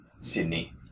Sydney